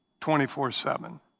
24-7